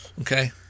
Okay